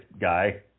guy